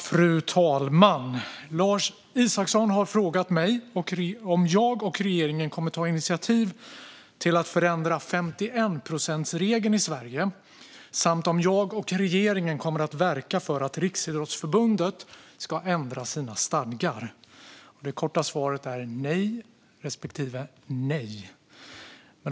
Fru talman! Lars Isacsson har frågat mig om jag och regeringen kommer att ta initiativ till att förändra 51-procentsregeln i Sverige och om jag och regeringen kommer att verka för att Riksidrottsförbundet ska ändra sina stadgar. De korta svaren är nej och nej.